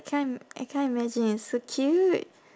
can't I can't imagine it's so cute